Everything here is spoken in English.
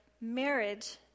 marriage